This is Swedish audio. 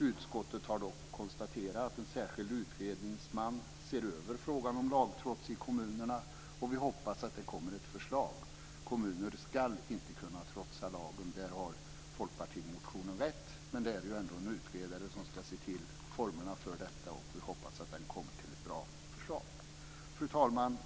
Utskottet har dock konstaterat att en särskild utredningsman ser över frågan om lagtrots i kommunerna, och vi hoppas att det kommer ett förslag. Kommuner ska inte kunna trotsa lagen. Där har folkpartimotionen rätt. Men det är ändå en utredare som ska se över formerna för detta, och vi hoppas att man kommer till ett bra förslag. Fru talman!